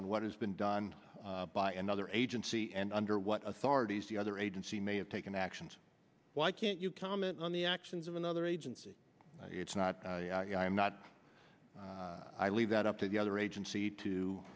on what has been done by another agency and under what authorities the other agency may have taken actions why can't you comment on the actions of another agency it's not i'm not i leave that up to the other agency to